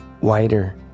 wider